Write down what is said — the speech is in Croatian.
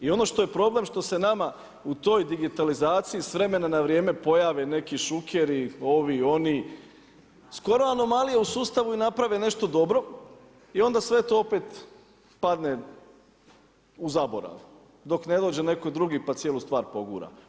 I ono što je problem što se nama u toj digitalizaciji s vremena na vrijeme pojave neki ŠUkeri, ovi, oni skoro anomalije u sustavu i naprave nešto dobro i onda sve to opet padne u zaborav dok ne dođe netko drugi pa cijelu stvar pogura.